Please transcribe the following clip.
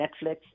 netflix